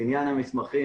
לעניין המסמכים,